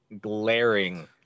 glaring